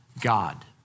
God